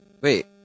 Wait